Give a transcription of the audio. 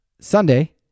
Sunday